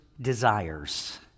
desires